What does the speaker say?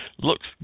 Looks